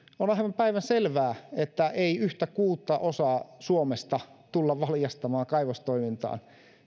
on on aivan päivänselvää että ei yhtä kuudesosaa suomesta tulla valjastamaan kaivostoimintaan